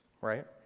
right